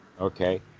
Okay